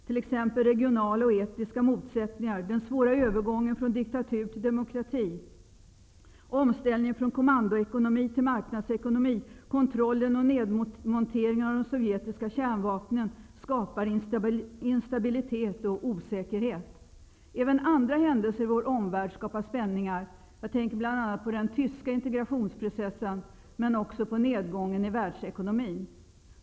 Exempelvis de regionala och etniska motsättningarna, den svåra övergången från diktatur till demokrati, omställningen från kommandoekonomi till marknadsekonomi samt kontrollen och nedmonteringen av de sovjetiska kärnvapnen skapar instabilitet och osäkerhet. Även andra händelser i vår omvärld skapar spänningar. Jag tänker bl.a. på den tyska integrationsprocessen men också på nedgången i världsekonomin.